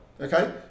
Okay